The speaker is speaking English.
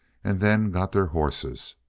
and then got their horses.